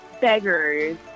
beggars